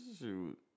shoot